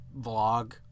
vlog